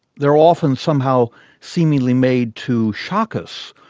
they're often somehow seemingly made to shock us,